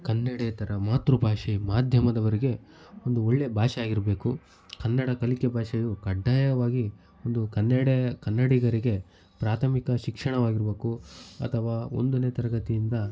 ಕನ್ನಡೇತರ ಮಾತೃಭಾಷೆ ಮಾಧ್ಯಮದವರಿಗೆ ಒಂದು ಒಳ್ಳೆಯ ಭಾಷೆಯಾಗಿರಬೇಕು ಕನ್ನಡ ಕಲಿಕೆ ಭಾಷೆಯು ಕಡ್ಡಾಯವಾಗಿ ಒಂದು ಕನ್ನೆಡೆ ಕನ್ನಡಿಗರಿಗೆ ಪ್ರಾಥಮಿಕ ಶಿಕ್ಷಣವಾಗಿರಬೇಕು ಅಥವಾ ಒಂದನೇ ತರಗತಿಯಿಂದ